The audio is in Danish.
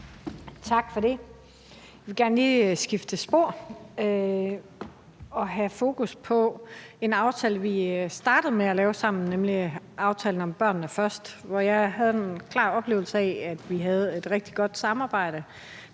Tak for det. Jeg vil gerne lige skifte spor og sætte fokus på en aftale, vi startede med at lave sammen, nemlig aftalen om »Børnene Først«, hvor jeg havde en klar oplevelse af, at vi havde et rigtig godt samarbejde